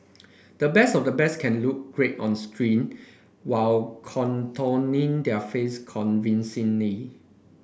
the best of the best can look great on screen while contorting their face convincingly